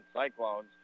Cyclones